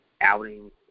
outing